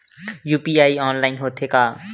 UPI online होथे का?